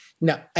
No